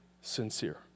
sincere